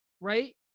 right